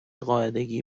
قاعدگی